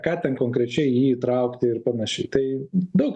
ką ten konkrečiai jį įtraukti ir panašiai tai daug